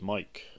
Mike